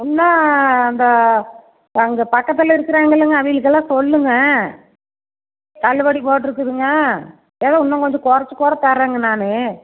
இன்னும் அந்த அங்கே பக்கத்தில் இருக்குறாங்கள்லங்க அவங்களுக்குல்லாம் சொல்லுங்கள் தள்ளுபடி போட்ருக்குதுங்க எதா இன்னும் கொஞ்சம் குறச்சி கூட தரங்க நான்